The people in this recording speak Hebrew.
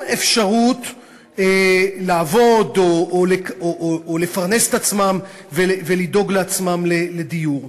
אפשרות לעבוד או לפרנס את עצמם ולדאוג לעצמם לדיור.